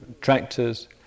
tractors